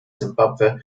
simbabwe